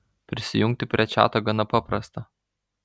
prisijungti prie čiato gana paprasta